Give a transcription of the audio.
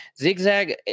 zigzag